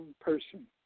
person